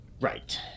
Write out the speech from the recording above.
Right